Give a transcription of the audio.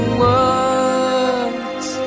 words